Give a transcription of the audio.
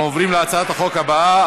אנחנו עוברים להצעת החוק הבאה,